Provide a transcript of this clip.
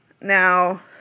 Now